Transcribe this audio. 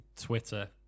Twitter